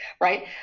right